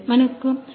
మనకు 2